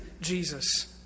Jesus